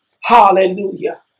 Hallelujah